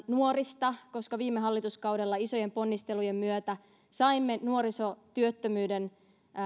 nuorista koska viime hallituskaudella isojen ponnistelujen myötä saimme nuorisotyöttömyyden